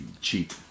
cheap